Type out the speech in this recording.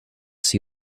see